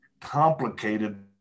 complicated